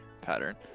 pattern